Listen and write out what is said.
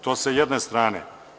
To je sa jedne strane.